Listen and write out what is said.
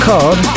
Card